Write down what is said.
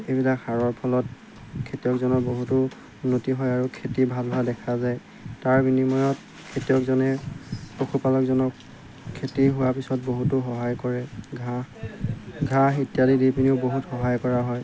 এইবিলাক সাৰৰ ফলত খেতিয়কজনৰ বহুতো উন্নতি হয় আৰু খেতি ভাল হোৱা দেখা যায় তাৰ বিনিময়ত খেতিয়কজনে পশুপালকজনক খেতি হোৱাৰ পিছত বহুতো সহায় কৰে ঘাঁহ ঘাঁহ ইত্যাদি দি পিনেও বহুত সহায় কৰা হয়